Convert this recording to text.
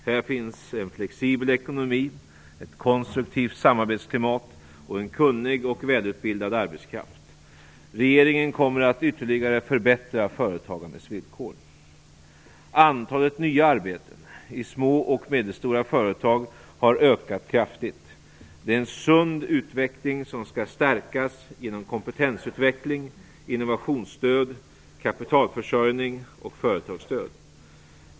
Här finns en flexibel ekonomi, ett konstruktivt samarbetsklimat och en kunnig och välutbildad arbetskraft. Regeringen kommer att ytterligare förbättra företagandets villkor. Antalet nya arbeten i små och medelstora företag har ökat kraftigt. Det är en sund utveckling som skall stärkas genom kompetensutveckling, innovationsstöd, kapitalförsörjning och företagsstöd.